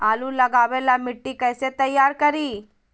आलु लगावे ला मिट्टी कैसे तैयार करी?